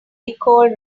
nicole